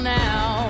now